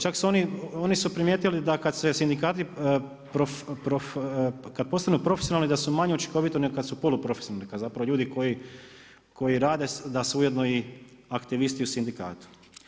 Čak su oni, oni su primijetili da kad se sindikati, kad postanu profesionalni da su manje učinkoviti nego kad su polu profesionalni, a zapravo ljudi koji rade da su ujedno i aktivisti u sindikatu.